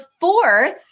fourth